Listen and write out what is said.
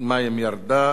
אנחנו נצביע על,